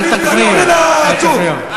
אל תפריע, אל תפריעו לו.